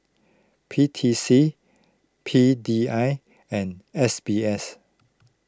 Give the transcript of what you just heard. P T C P D I and S B S